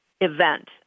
event